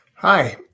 Hi